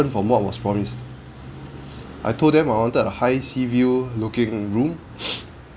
from what was promised I told them I wanted a high sea view looking room